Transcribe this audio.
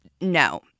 no